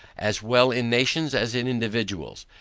as well in nations as in individuals.